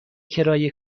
کرایه